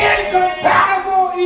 Incompatible